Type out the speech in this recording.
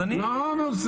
אז אני --- לא מוסר,